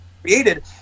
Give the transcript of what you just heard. created